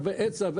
והיצע,